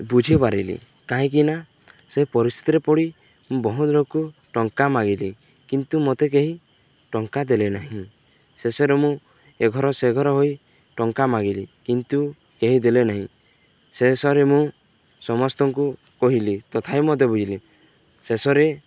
ବୁଝିପାରିଲି କାହିଁକିନା ସେ ପରିସ୍ଥିତିରେ ପଡ଼ି ମୁଁ ବହୁତ ଲୋକ ଟଙ୍କା ମାଗିଲି କିନ୍ତୁ ମୋତେ କେହି ଟଙ୍କା ଦେଲେ ନାହିଁ ଶେଷରେ ମୁଁ ଏ ଘର ସେ ଘର ହୋଇ ଟଙ୍କା ମାଗିଲି କିନ୍ତୁ କେହି ଦେଲେ ନାହିଁ ଶେଷରେ ମୁଁ ସମସ୍ତଙ୍କୁ କହିଲି ତଥାପି ମୋତେ ବୁଝିଲି ଶେଷରେ